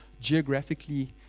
geographically